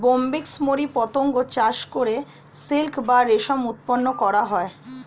Bombyx mori পতঙ্গ চাষ করে সিল্ক বা রেশম উৎপন্ন করা হয়